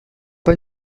pas